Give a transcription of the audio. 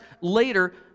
later